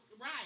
right